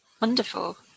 Wonderful